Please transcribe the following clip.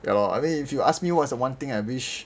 ya lor I mean if you ask me what's the one thing I wish